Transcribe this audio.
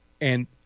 And-